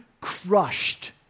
crushed